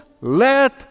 let